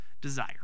desire